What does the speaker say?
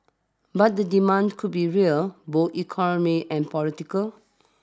but the demand could be real both economic and political